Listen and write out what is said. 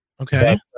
Okay